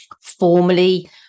formally